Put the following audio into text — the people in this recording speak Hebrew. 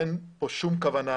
אין כאן שום כוונה,